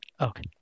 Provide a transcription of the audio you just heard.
Okay